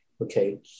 okay